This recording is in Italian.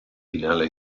finale